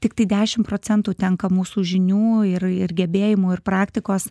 tiktai dešim procentų tenka mūsų žinių ir ir gebėjimų ir praktikos